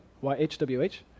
Y-H-W-H